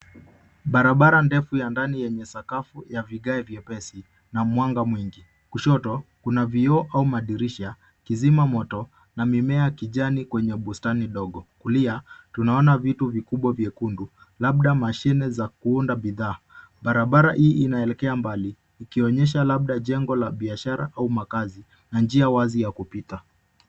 Barabara ndefu ya ndani yenye sakafu ya vigae vyepesi na mwangaza mwingi. Kushoto, kuna vioo au madirisha, kizima moto, na mimea ya kijani kwenye bustani ndogo. Kulia, tunaona vitu vikubwa vyekundu. Labda mashine za kuunda bidhaa. Barabara hii inaelekea mbali, ikionyesha labda jengo la biashara au makazi na njia wazi ya kupita.